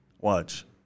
Watch